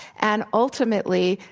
and ultimately,